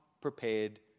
prepared